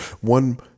one